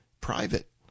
private